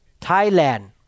Thailand